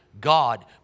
God